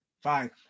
Fine